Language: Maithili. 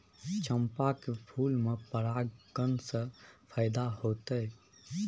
चंपा के फूल में परागण से फायदा होतय?